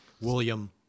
William